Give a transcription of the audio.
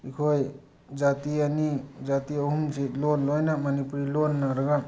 ꯑꯩꯈꯣꯏ ꯖꯥꯇꯤ ꯑꯅꯤ ꯖꯥꯇꯤ ꯑꯍꯨꯝꯁꯤ ꯂꯣꯟ ꯂꯣꯏꯅ ꯃꯅꯤꯄꯨꯔꯤ ꯂꯣꯟꯅꯔꯒ